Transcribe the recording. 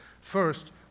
First